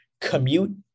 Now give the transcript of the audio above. commute